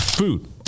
Food